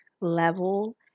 level